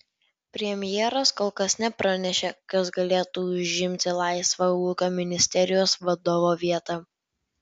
premjeras kol kas nepranešė kas galėtų užimti laisvą ūkio ministerijos vadovo vietą